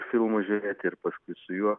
filmus žiūrėti ir paskui su juo